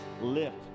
lift